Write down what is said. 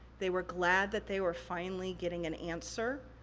they were glad that they were finally getting an answer.